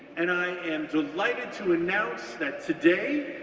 and i am delighted to announce that today,